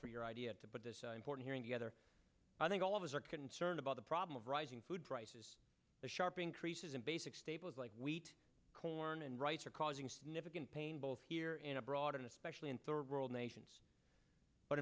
for your idea to put this important hearing together i think all of us are concerned about the problem of rising food prices the sharp increases in basic staples like wheat corn and rice are causing significant pain both here and abroad especially in third world nations but